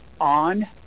on